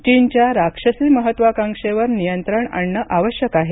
चीनच्या राक्षसी महत्वाकांक्षेवर नियंत्रण आणणं आवश्यक आहे